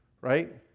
Right